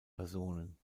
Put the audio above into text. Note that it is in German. personen